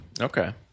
Okay